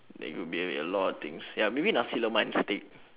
there could be a a lot of things ya maybe nasi lemak and steak